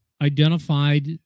identified